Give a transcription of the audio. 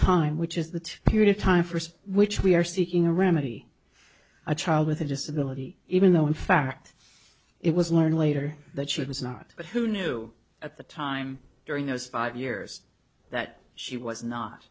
time which is the period of time for which we are seeking a remedy a child with a disability even though in fact it was learned later that she was not but who knew at the time during those five years that she was not